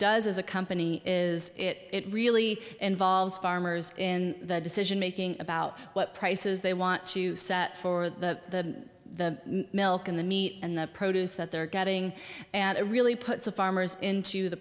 does as a company is it really involves farmers in the decision making about what prices they want to set for the the milk and the meat and the produce that they're getting and it really puts a farmers into the